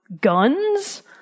guns